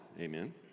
amen